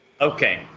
Okay